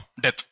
Death